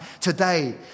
today